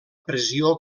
pressió